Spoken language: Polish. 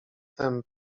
tem